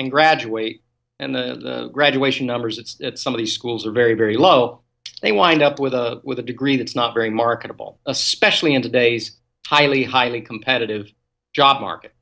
and graduate and the graduation numbers it's that some of these schools are very very low they wind up with with a degree that's not very marketable especially in today's highly highly competitive job market